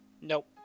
Nope